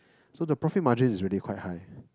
so the profit margin is really quite high